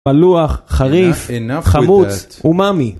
מלוח, חריף, חמוץ, אומאמי.